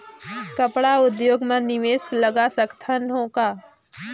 कपड़ा उद्योग म निवेश लगा सकत हो का?